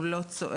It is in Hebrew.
הוא לא צועק,